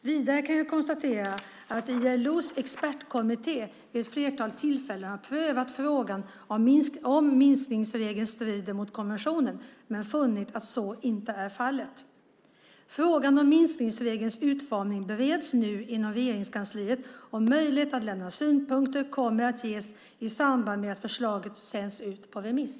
Vidare kan jag konstatera att ILO:s expertkommitté vid ett flertal tillfällen har prövat frågan om minskningsregeln strider mot konventionen men funnit att så inte är fallet. Frågan om minskningsregelns utformning bereds nu inom Regeringskansliet, och möjlighet att lämna synpunkter kommer att ges i samband med att förslaget sänds ut på remiss.